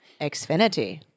Xfinity